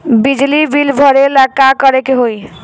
बिजली बिल भरेला का करे के होई?